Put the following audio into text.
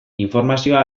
informazioa